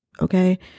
okay